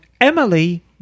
emily